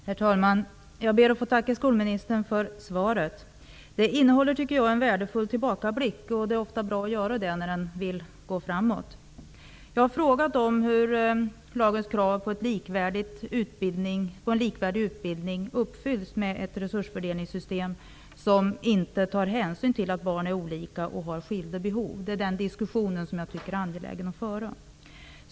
Herr talman! Jag ber att få tacka skolministern för svaret. Det innehåller en värdefull tillbakablick. Det är ofta bra att göra en sådan när man vill gå framåt. Jag har frågat om hur lagens krav på en likvärdig utbildning uppfylls med ett resursfördelningssystem som inte tar hänsyn till att barn är olika och har skilda behov. Det är den diskussionen som jag tycker är angelägen att föra.